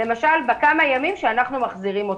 בכמה ימים שאנחנו מחזירים אותם.